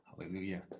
Hallelujah